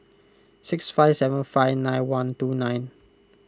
six five seven five nine one two nine